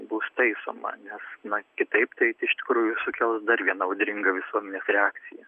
bus taisoma nes kitaip tai iš tikrųjų sukels dar vieną audringą visuomenės reakciją